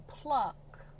pluck